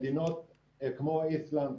מדינות כמו איסלנד,